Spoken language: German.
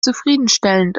zufriedenstellend